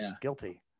guilty